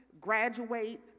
graduate